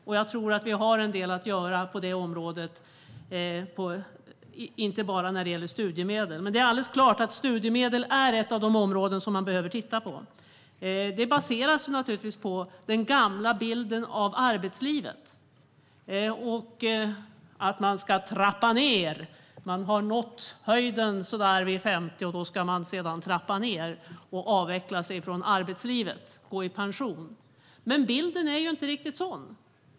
En del finns att göra på området, inte bara när det gäller studiemedel. Det är alldeles klart att studiemedel är ett av de områden som vi behöver titta på. Det baserar sig naturligtvis på den gamla bilden av arbetslivet, att trappa ned, att man har nått höjden vid 50 och sedan ska man trappa ned och avveckla sig från arbetslivet, gå i pension. Men bilden är inte riktigt sådan.